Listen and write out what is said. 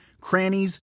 crannies